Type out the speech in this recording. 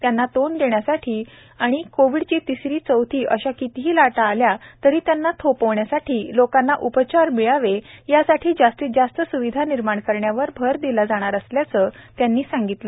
त्यांना तोंड देण्यासह कोविडची तीसरी चौथी आणि अशा कितीही लाटा आल्या तरीही त्यांना थोपविण्यासाठी लोकांना उपचार मिळावेत यासाठी जास्तीत जास्त स्विधा निर्माण करण्यावर भर दिला जाणार असल्याचेही त्यांनी सांगितले